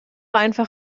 einfach